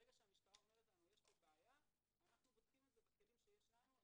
ברגע שהמשטרה אומרת לנו שיש בעיה אנחנו בודקים את זה בכלים שיש לנו.